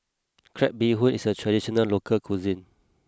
Crab Bee Hoon is a traditional local cuisine